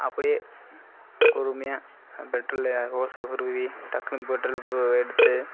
அப்படியே பொறுமையாக பெட்ரோலு ஓசல்லாம உருவி டக்குனு பெட்ரோல் எடுத்து